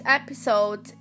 episode